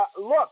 Look